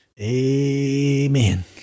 amen